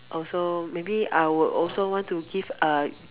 also maybe I would also want to give uh